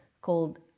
called